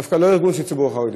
דווקא לא ארגון של הציבור החרדי.